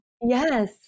Yes